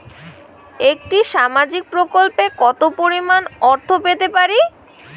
একটি সামাজিক প্রকল্পে কতো পরিমাণ অর্থ পেতে পারি?